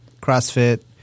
CrossFit